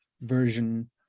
version